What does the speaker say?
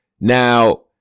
Now